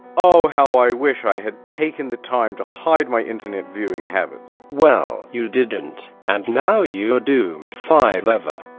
oh, how i wish i had taken the time to hide my internet viewing habits well, you didn't and now you are doomed five ever.